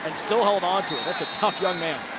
and still held on to it. that's a tough young man.